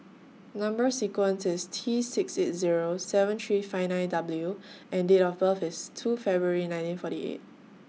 Number sequence IS T six eight Zero seven three five nine W and Date of birth IS two February nineteen forty eight